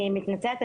אני מתנצלת,